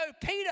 Peter